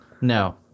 No